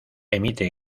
emite